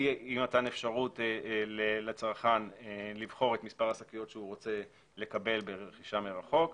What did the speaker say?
אי מתן אפשרות לצרכן לבחור את מספר השקיות שהוא רוצה לקבל ברכישה מרחוק,